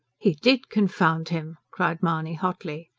he did, confound him! cried mahony hotly.